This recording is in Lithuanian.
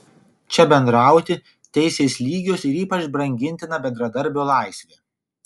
čia bendrauti teisės lygios ir ypač brangintina bendradarbio laisvė